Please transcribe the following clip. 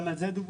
גם על זה דובר.